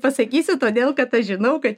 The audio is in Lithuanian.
pasakysiu todėl kad aš žinau kad